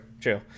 true